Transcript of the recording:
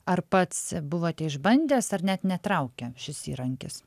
ar pats buvote išbandęs ar net netraukia šis įrankis